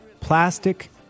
plastic